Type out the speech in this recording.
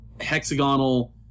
hexagonal